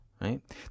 right